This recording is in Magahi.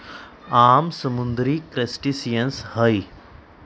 आम समुद्री क्रस्टेशियंस हई